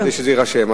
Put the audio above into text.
כדי שזה יירשם.